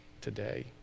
today